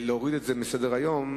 להוריד את זה מסדר-היום,